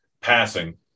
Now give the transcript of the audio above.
passing